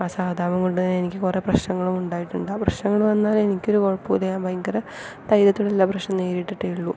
ആ സഹതാപം കൊണ്ട് എനിക്ക് കുറെ പ്രശ്നങ്ങൾ ഉണ്ടായിട്ടുണ്ട് ആ പ്രശ്നങ്ങൾ വന്നാൽ എനിക്ക് ഒരു കുഴപ്പവും ഇല്ല ഞാൻ ഭയങ്കര ധൈര്യത്തോട് എല്ലാ പ്രശ്നവും നേരിട്ടിട്ടേ ഉള്ളു